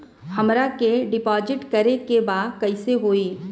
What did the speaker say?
हमरा के डिपाजिट करे के बा कईसे होई?